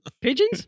Pigeons